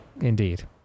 Indeed